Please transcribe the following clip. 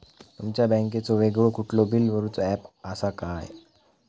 तुमच्या बँकेचो वेगळो कुठलो बिला भरूचो ऍप असा काय?